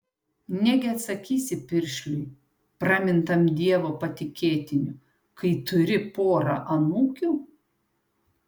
negi atsakysi piršliui pramintam dievo patikėtiniu kai turi porą anūkių